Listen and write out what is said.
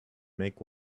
make